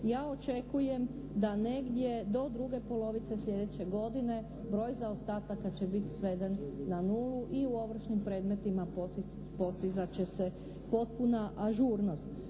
ja očekujem da negdje do druge polovice sljedeće godine broj zaostataka će biti sveden na nulu i u ovršnim predmetima postizat će se potpuna ažurnost.